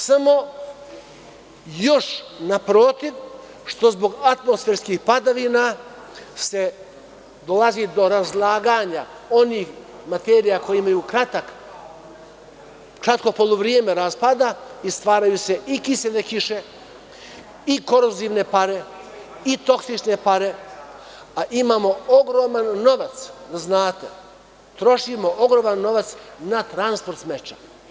Samo još, naprotiv, što zbog atmosferskih padavina dolazi do razlaganja onih materija koje imaju kratko poluvreme raspada i stvaraju se i kisele kiše i korozivne pare i toksične pare, a ogroman novac trošimo na transport smeća.